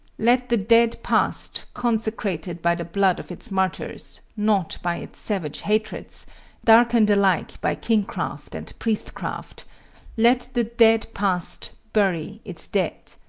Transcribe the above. let the dead past, consecrated by the blood of its martyrs, not by its savage hatreds darkened alike by kingcraft and priestcraft let the dead past bury its dead.